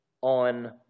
on